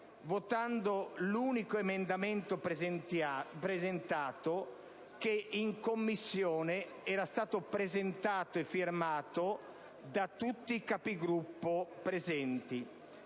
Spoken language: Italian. votando l'unico emendamento presentato, che in Commissione era stato sottoscritto da tutti i Capigruppo presenti.